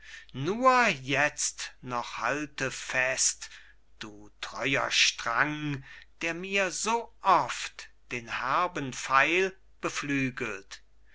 nur jetzt noch halte fest du treuer strang der mir so oft den herben pfeil beflügelt